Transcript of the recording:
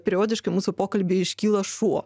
periodiškai mūsų pokalby iškyla šuo